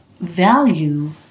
value